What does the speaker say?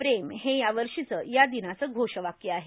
प्रेंम हे या वर्षाचं या दिनाचं घोषवाक्य आहे